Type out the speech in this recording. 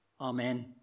Amen